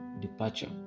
departure